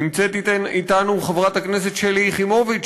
נמצאת אתנו חברת הכנסת שלי יחימוביץ,